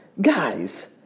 Guys